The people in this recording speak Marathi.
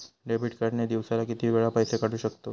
डेबिट कार्ड ने दिवसाला किती वेळा पैसे काढू शकतव?